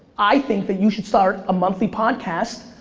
i think that you should start a monthly podcast,